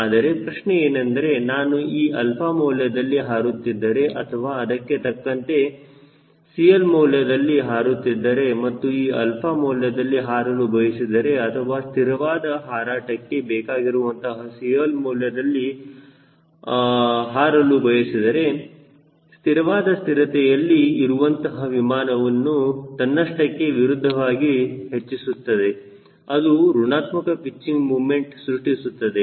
ಆದರೆ ಪ್ರಶ್ನೆ ಏನೆಂದರೆ ನಾನು ಈ 𝛼 ಮೌಲ್ಯದಲ್ಲಿ ಹಾರುತ್ತಿದ್ದರೆ ಅಥವಾ ಅದಕ್ಕೆ ತಕ್ಕಂತಹ CL ಮೌಲ್ಯದಲ್ಲಿ ಹಾರುತ್ತಿದ್ದರೆ ಮತ್ತು ಈ ಆಲ್ಫಾ ಮೌಲ್ಯದಲ್ಲಿಹಾರಲು ಬಯಸಿದರೆ ಅಥವಾ ಸ್ಥಿರವಾದ ಹಾರಾಟಕ್ಕೆ ಬೇಕಾಗಿರುವಂತಹ CL ಮೌಲ್ಯದಲ್ಲಿ ಹರಡು ಬಯಸಿದರೆ ಸ್ಥಿರವಾದ ಸ್ಥಿರತೆಯಲ್ಲಿ ಇರುವಂತಹ ವಿಮಾನವು ತನ್ನಷ್ಟಕ್ಕೆ ವಿರುದ್ಧವಾಗಿ ಹೆಚ್ಚಿಸುತ್ತದೆ ಅದು ಋಣಾತ್ಮಕ ಪಿಚ್ಚಿಂಗ್ ಮೊಮೆಂಟ್ ಸೃಷ್ಟಿಸುತ್ತದೆ